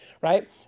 right